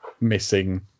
missing